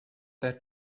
that